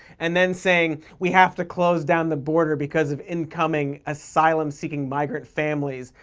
and then saying we have to close down the border because of incoming asylum-seeking migrant families,